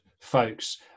folks